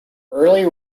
early